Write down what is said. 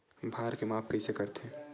भार के माप कइसे करथे?